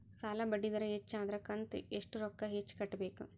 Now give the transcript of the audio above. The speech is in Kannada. ಸಾಲಾ ಬಡ್ಡಿ ದರ ಹೆಚ್ಚ ಆದ್ರ ಕಂತ ಎಷ್ಟ ರೊಕ್ಕ ಹೆಚ್ಚ ಕಟ್ಟಬೇಕು?